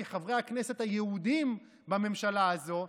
כי חברי הכנסת היהודים בממשלה הזו,